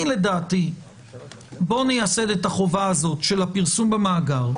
לדעתי בואו נייסד את החובה הזאת של הפרסום במאגר.